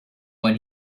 when